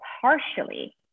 partially